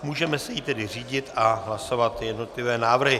Můžeme se jí tedy řídit a hlasovat jednotlivé návrhy.